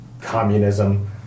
Communism